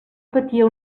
patia